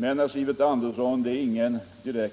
Men, Sivert Andersson, det är inte